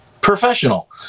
professional